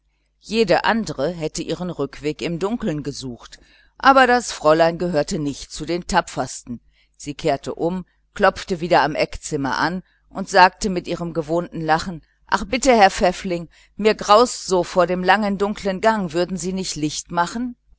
jede andere hätte ihren rückweg im dunkeln gesucht aber das fräulein gehörte nicht zu den tapfersten sie kehrte um klopfte noch einmal am eckzimmer an und sagte mit ihrem gewohnten lachen ach bitte herr pfäffling mir graut so vor dem langen dunkeln gang würden sie nicht licht machen